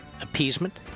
appeasement